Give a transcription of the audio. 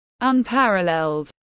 Unparalleled